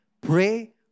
pray